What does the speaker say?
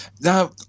Now